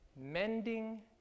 mending